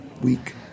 week